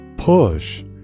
push